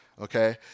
Okay